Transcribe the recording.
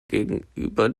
gegenüber